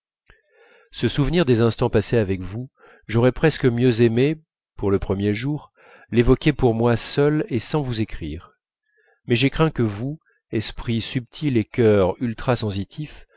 ce souvenir des instants passés avec vous j'aurais presque mieux aimé pour le premier jour l'évoquer pour moi seul et sans vous écrire mais j'ai craint que vous esprit subtil et cœur